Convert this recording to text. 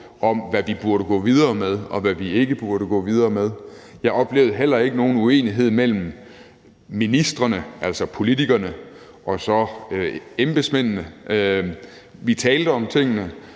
om, hvad vi burde gå videre med, og hvad vi ikke burde gå videre med. Jeg oplevede heller ikke nogen uenighed mellem ministrene, altså politikerne, og så embedsmændene. Vi talte om tingene,